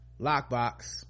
lockbox